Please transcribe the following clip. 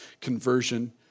conversion